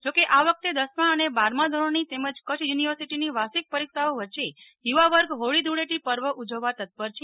જો કે આ વખતે દસમાં અને બારમાં ધોરણની તેમજ કચ્છ યુનીવર્સીટીની વાર્ષિક પરીક્ષાઓ વચ્ચે યુવાવર્ગ હોળી ધૂળેટી પર્વ ઉજવવા તત્પર છે